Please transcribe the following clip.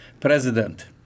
president